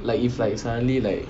like if like suddenly like